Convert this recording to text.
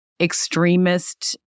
extremist